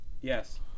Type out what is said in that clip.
Yes